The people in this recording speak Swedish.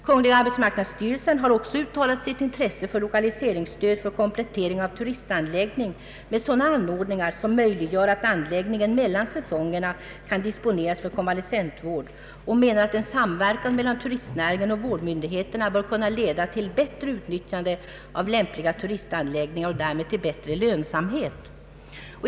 Kungl. arbetsmarknadsstyrelsen har också uttalat sitt intresse för lokaliseringsstöd för komplettering av turistanläggning med sådana anordningar som möjliggör att anläggningen mellan säsongerna kan disponeras för konvalescentvård och menar att en samverkan mellan turistnäringen och vårdmyndigheterna bör kunna leda till bättre utnyttjande av lämpliga turistanläggningar och därmed till bättre lönsamhet.